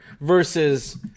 versus